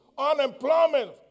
unemployment